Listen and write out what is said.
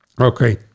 okay